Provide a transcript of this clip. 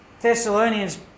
Thessalonians